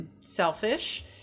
selfish